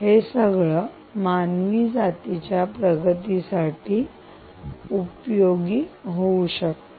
हे सगळं मानव जातीच्या प्रगतीसाठी उपयोगी होऊ शकते